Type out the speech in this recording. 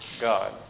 God